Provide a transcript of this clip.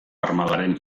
armadaren